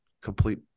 complete